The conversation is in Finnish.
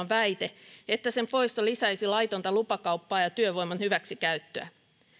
väite että sen poisto lisäisi laitonta lupakauppaa ja työvoiman hyväksikäyttöä